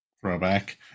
Throwback